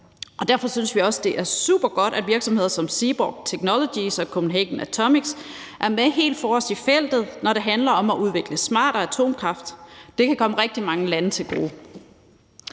derfor synes vi også, det er supergodt, at virksomheder som Seaborg Technologies og Copenhagen Atomics er med helt forrest i feltet, når det handler om at udvikle smartere atomkraft. Det kan komme rigtig mange lande til gode.